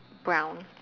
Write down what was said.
brown